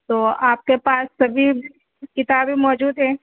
تو آپ کے پاس سبھی کتابیں موجود ہیں